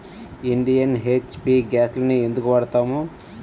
Indian, HP గ్యాస్లనే ఎందుకు వాడతాము?